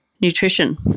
nutrition